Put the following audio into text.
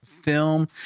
film